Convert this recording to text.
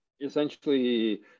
essentially